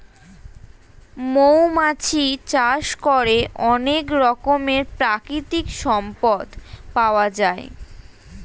মৌমাছি চাষ করে অনেক রকমের প্রাকৃতিক সম্পদ পাওয়া যায়